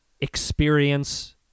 experience